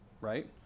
right